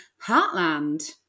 Heartland